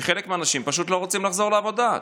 שבה חלק מהאנשים פשוט לא רצו לחזור לעבודה,